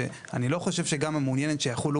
שאני לא חושב שגמא מעוניינת שהן יחולו